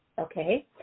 okay